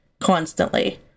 constantly